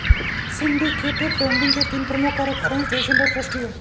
syndicated lending के तीन प्रमुख कारक अरेंज्ड, एजेंट और ट्रस्टी हैं